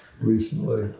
recently